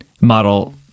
model